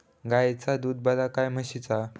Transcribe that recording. गायचा दूध बरा काय म्हशीचा?